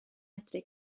medru